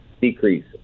decrease